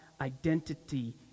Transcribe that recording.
Identity